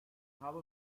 habe